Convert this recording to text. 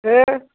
এ